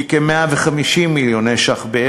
היא כ-150 מיליוני שקלים,